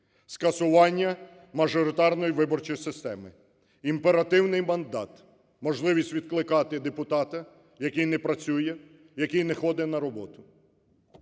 скасування мажоритарної виборчої системи, імперативний мандат, можливість відкликати депутата, який не працює, який не ходить на роботу,